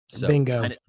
Bingo